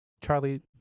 Charlie